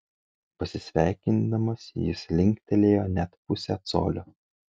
pasisveikindamas jis linktelėjo net pusę colio